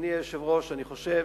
אדוני היושב-ראש, אני חושב